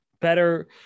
better